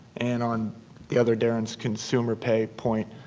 and on the other darren's consumer pay point,